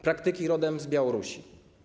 Praktyki rodem z Białorusi.